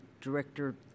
Director